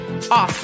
awesome